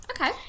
okay